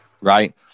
Right